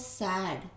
sad